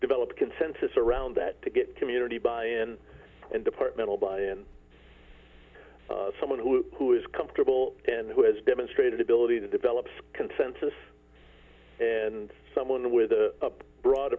develop a consensus around that to get community buy in and departmental buy in someone who who is comfortable and who has demonstrated ability to develop skin census and someone with a broad